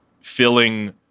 filling